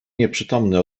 nieprzytomny